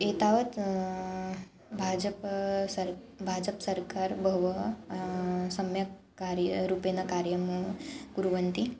एतावत् भाजपा सर् भाजप् सर्कार् बहवः सम्यक् कार्यरूपेण कार्यं कुर्वन्ति